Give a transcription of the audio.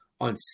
on